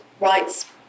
rights